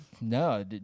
No